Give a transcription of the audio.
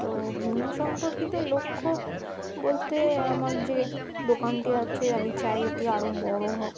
তো ঘুমনা সম্পর্কিত লক্ষ্য বলতে আমার যে দোকানটি আছে আমি চাই ওটি আরও বড়ো হোক